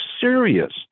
serious